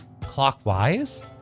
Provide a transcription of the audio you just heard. clockwise